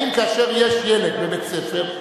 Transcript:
האם כאשר יש ילד בבית-ספר,